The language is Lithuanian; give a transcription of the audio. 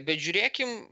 bet žiūrėkim